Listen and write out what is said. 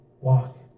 walk